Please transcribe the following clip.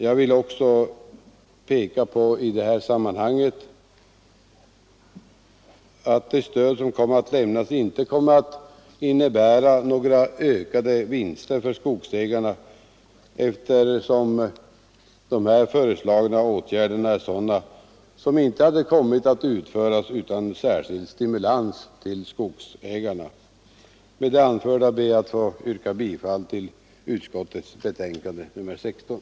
Jag vill också i detta sammanhang peka på att det stöd som kommer att lämnas inte kommer att innebära några ökade vinster för skogsägarna, eftersom de föreslagna åtgärderna är sådana som inte hade kommit att utföras utan särskild stimulans till skogsägarna. Herr talman! Med det anförda ber jag att få yrka bifall till utskottets hemställan.